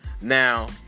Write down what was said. Now